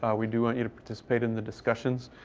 ah we do want you to participate in the discussions.